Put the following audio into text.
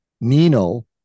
Nino